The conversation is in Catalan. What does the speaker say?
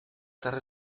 terra